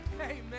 Amen